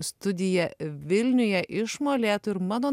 studiją vilniuje iš molėtų ir mano